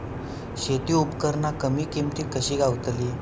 शेती उपकरणा कमी किमतीत कशी गावतली?